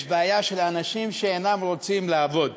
יש בעיה של אנשים שאינם רוצים לעבוד.